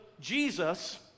Jesus